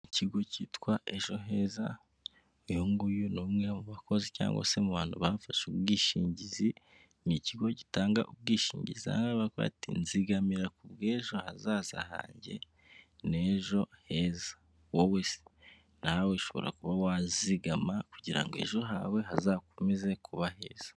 Ikigo cyitwa ejo heza, uyu nguyu ni umwe mu bakozi, cyangwa se mu bantu bafashe ubwishingizi, ni ikigo gitanga ubwishingizi bati nzigamira kubwa ejo hazaza hanjye n'ejo heza. Wowe se nawe ushobora kuba wazigama kugira ngo ejo hawe hazakomeze kuba heza.